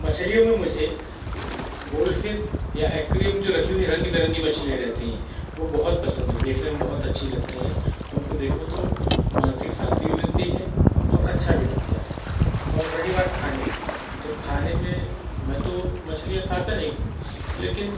मछलियों में मुझे गोल्ड फिस या अक्वेरियम में जो रखी हुई रंग बिरंगी मछलियाँ रहती हैं वो बहुत पसंद हैं देखने में बहुत अच्छी लगती हैं उनको देखो तो मानसिक शांति भी मिलती है और अच्छा भी लगता है और रही बात खाने की तो खाने में मैं तो मछलियाँ खाता नहीं हूँ लेकिन